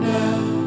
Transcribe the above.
now